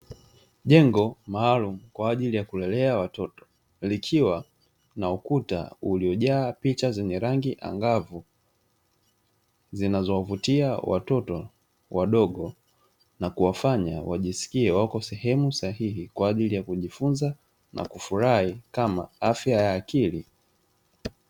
Jengo maalumu kwa ajili ya kulelea watoto, likiwa na ukuta uliojaa picha zenye rangi angavu zinazowavutia watoto wadogo, na kuwafanya wajisikie wako sehemu sahihi kwa ajili ya kujifunza na kufurahi kama afya ya akili.